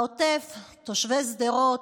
העוטף, תושבי שדרות,